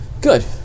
Good